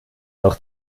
noch